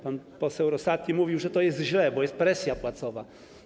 Pan poseł Rosati mówił, że to jest źle, bo jest presja płacowa.